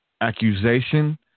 accusation